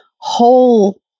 whole